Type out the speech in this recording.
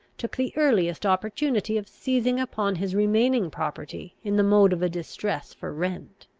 took the earliest opportunity of seizing upon his remaining property in the mode of a distress for rent.